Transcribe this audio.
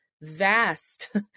Vast